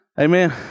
Amen